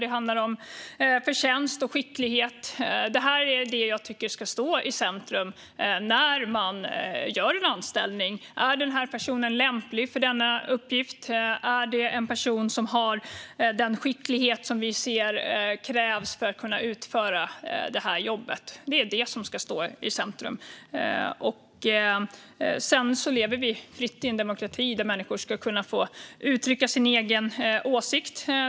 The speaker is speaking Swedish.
Det handlar om förtjänst och skicklighet. Det är detta som jag tycker ska stå i centrum när man anställer. Är denna person lämplig för uppgiften? Är det en person som har den skicklighet som krävs för att kunna utföra jobbet? Det är detta som ska stå i centrum. Sedan lever vi fritt i en demokrati där människor ska kunna få uttrycka sin egen åsikt.